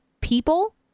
people